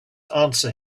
answer